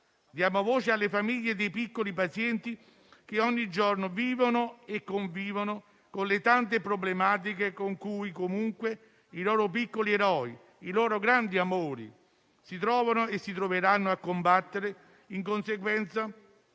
diamo voce alle famiglie dei piccoli pazienti, che ogni giorno vivono e convivono con le tante problematiche con cui i loro piccoli eroi, i loro grandi amori, si trovano e si troveranno comunque a combattere in conseguenza